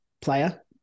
player